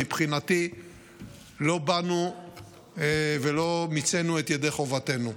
מבחינתי לא באנו ולא יצאנו ידי חובתנו.